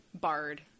barred